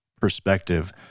perspective